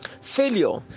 Failure